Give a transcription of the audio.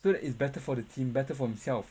so that it's better for the team better for himself